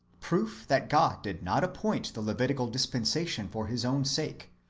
proof that god did not appoint the levitical dispensation for his own sake,